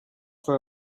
for